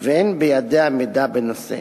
ואין בידיה מידע בנושא.